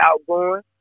outgoing